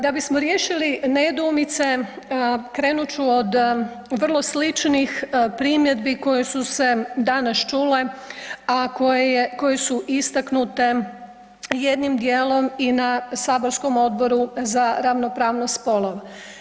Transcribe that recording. Da bismo riješili nedoumice krenut ću od vrlo sličnih primjedbi koje su se danas čule, a koje je, koje su istaknute jednim dijelom i na saborskom Odboru za ravnopravnost spolova.